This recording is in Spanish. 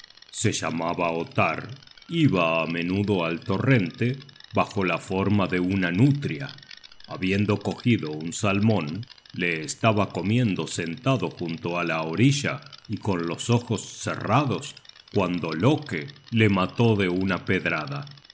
se llamaba ottar iba á menudo al torrente bajo la forma de una nutria habiendo cogido un salmon le estaba comiendo sentado junto á la orilla y con los ojos cerrados cuando loke le mató de una pedrada